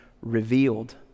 revealed